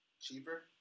cheaper